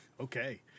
okay